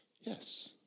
Yes